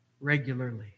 regularly